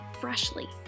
Freshly